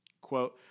Quote